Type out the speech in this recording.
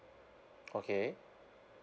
okay